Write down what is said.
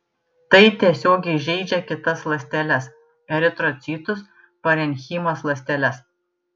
tai tiesiogiai žeidžia kitas ląsteles eritrocitus parenchimos ląsteles